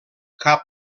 cap